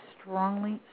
strongly